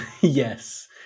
yes